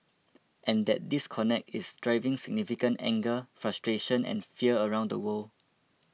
and that disconnect is driving significant anger frustration and fear around the world